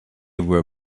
were